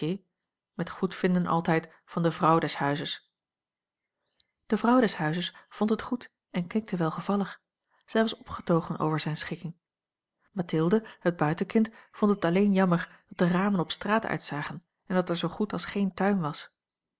met goedvinden altijd van de vrouw des huizes de vrouw des huizes vond het goed en knikte welgevallig zij was opgetogen over zijne schikking mathilde het buitenkind vond het alleen jammer dat de ramen op straat uitzagen en dat er zoo goed als geen tuin was